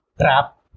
trap